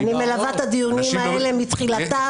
אני מלווה את הדיונים האלה מתחילתם.